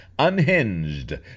unhinged